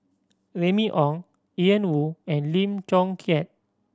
Remy Ong Ian Woo and Lim Chong Keat